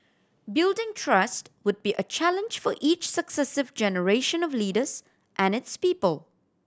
building trust would be a challenge for each successive generation of leaders and its people